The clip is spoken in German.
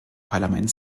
parlament